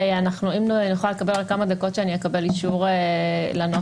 אשמח לקבל כמה דקות כדי לקבל אישור לנוסח.